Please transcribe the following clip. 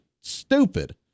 stupid